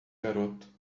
garoto